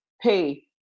pay